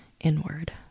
inward